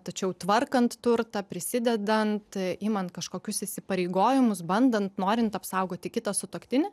tačiau tvarkant turtą prisidedant imant kažkokius įsipareigojimus bandant norint apsaugoti kitą sutuoktinį